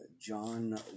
John